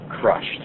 crushed